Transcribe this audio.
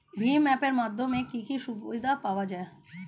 ভিম app এর মাধ্যমে কি কি সুবিধা পাওয়া যায়?